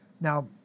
Now